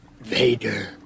Vader